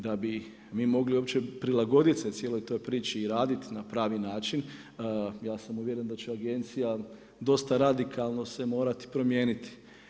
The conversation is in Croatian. Da bi ih mi mogli uopće prilagoditi cijeloj toj priči i raditi na pravi način, ja sam uvjeren da će agencija dosta radikalno se morati promijeniti.